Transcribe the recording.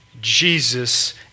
Jesus